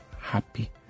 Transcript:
happy